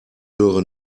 höre